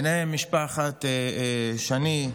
ובהם משפחות שני,